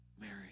Mary